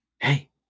hey